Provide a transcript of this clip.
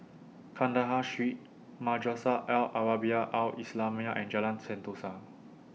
Kandahar Street Madrasah Al Arabiah Al Islamiah and Jalan Sentosa